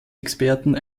experten